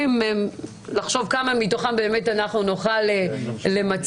אם נחשוב כמה מתוכן באמת נוכל למצות,